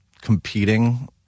competing